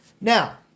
Now